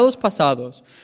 pasados